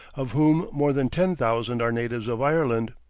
of whom more than ten thousand are natives of ireland.